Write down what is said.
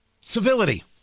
Civility